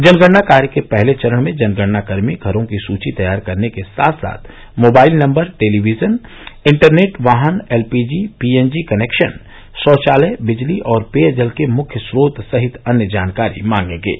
जनगणना कार्य के पहले चरण में जनगणना कर्मी घरों की सूची तैयार करने के साथ साथ मोबाइल नम्बर टेलीविजन इन्टरनेट वाहन एलपीजी पीएनजी कनेक्शन शौचालय बिजली और पेयजल के मुख्य स्रोत सहित अन्य जानकारी मांगेंगे